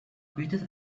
greatest